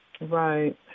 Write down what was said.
Right